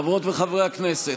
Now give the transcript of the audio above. חברות וחברי הכנסת,